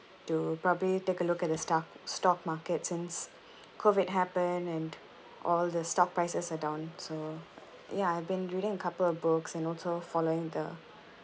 to probably take a look at the stuff stock market since COVID happen and all the stock prices are down so ya I've been reading a couple of books and also following the